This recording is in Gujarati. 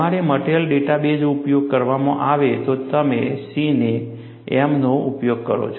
તમારે મટિરિયલ ડેટા બેઝ ઉપયોગ કરવામાં આવે તો તમે C અને m નો ઉપયોગ કરો છો